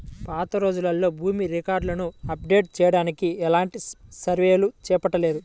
పాతరోజుల్లో భూమి రికార్డులను అప్డేట్ చెయ్యడానికి ఎలాంటి సర్వేలు చేపట్టలేదు